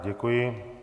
Děkuji.